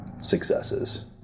successes